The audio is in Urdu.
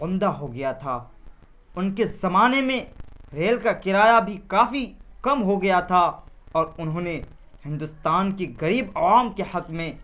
عمدہ ہوگیا تھا ان کے زمانے میں ریل کا کرایہ بھی کافی کم ہو گیا تھا اور انہوں نے ہندوستان کی غریب عوام کے حق میں